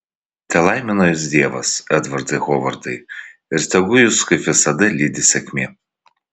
telaimina jus dievas edvardai hovardai ir tegu jus kaip visada lydi sėkmė